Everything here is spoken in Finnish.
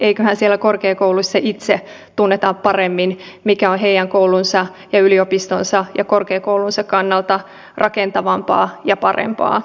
eiköhän siellä korkeakouluissa itse tunneta paremmin mikä on heidän koulunsa ja yliopistonsa ja korkeakoulunsa kannalta rakentavampaa ja parempaa